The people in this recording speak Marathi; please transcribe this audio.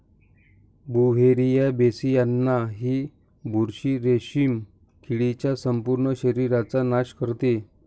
बुव्हेरिया बेसियाना ही बुरशी रेशीम किडीच्या संपूर्ण शरीराचा नाश करते